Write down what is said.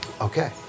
Okay